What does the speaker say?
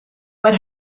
but